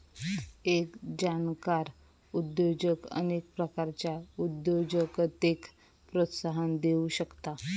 एक जाणकार उद्योजक अनेक प्रकारच्या उद्योजकतेक प्रोत्साहन देउ शकता